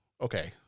okay